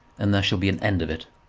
and there shall be an end of it.